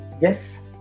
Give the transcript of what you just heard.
Yes